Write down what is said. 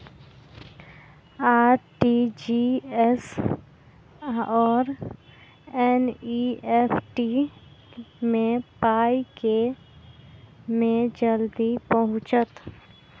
RTGS आओर NEFT मे पाई केँ मे जल्दी पहुँचत?